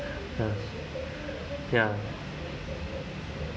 ya